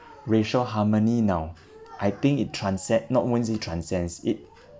racial harmony now I think it transet not when it transcends it